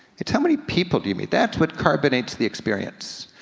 it's how many people do you meet, that's what carbonates the experience.